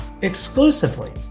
exclusively